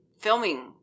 filming